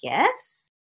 gifts